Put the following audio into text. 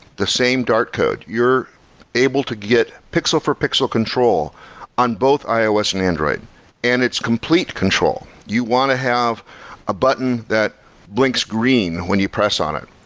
the same dark code, you're able to get pixel for pixel control on both ios and android and its complete control. you want to have a button that blinks green when you press on it,